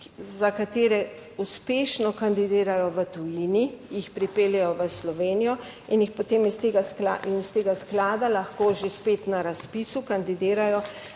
za katere uspešno kandidirajo v tujini, jih pripeljejo v Slovenijo in jih potem iz tega in iz tega sklada lahko že spet na razpisu kandidirajo